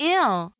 ill